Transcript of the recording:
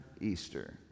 Easter